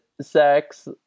sex